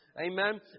Amen